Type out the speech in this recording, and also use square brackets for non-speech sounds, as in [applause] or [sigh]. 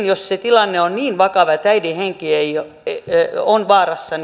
[unintelligible] jos se tilanne on niin vakava että äidin henki on vaarassa [unintelligible]